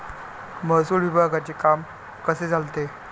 महसूल विभागाचे काम कसे चालते?